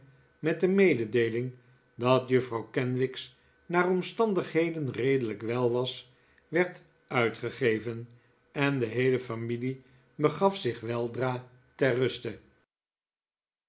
met de mededeeling dat juffrouw kenwigs naar omstandigheden redelijk wel was werd uitgegeven en de heele familie begaf zich weldra ter ruste